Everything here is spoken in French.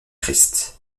christ